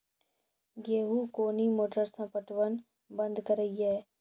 गेहूँ कोनी मोटर से पटवन बंद करिए?